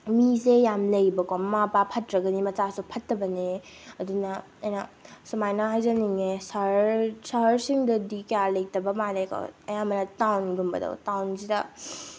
ꯃꯤꯁꯦ ꯌꯥꯝ ꯂꯩꯌꯦꯕꯀꯣ ꯃꯃꯥ ꯃꯄꯥ ꯐꯠꯇ꯭ꯔꯒꯗꯤ ꯃꯆꯥꯁꯨ ꯐꯠꯇꯕꯅꯦ ꯑꯗꯨꯅ ꯑꯩꯅ ꯁꯨꯃꯥꯏꯅ ꯍꯥꯏꯖꯅꯤꯡꯉꯦ ꯁꯍꯔ ꯁꯍꯔꯁꯤꯡꯗꯗꯤ ꯀꯌꯥ ꯂꯩꯇꯕ ꯃꯥꯜꯂꯤꯀꯣ ꯑꯌꯥꯝꯕꯅ ꯇꯥꯎꯟꯒꯨꯝꯕꯗꯣ ꯇꯥꯎꯟꯁꯤꯗ